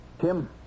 Tim